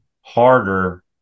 harder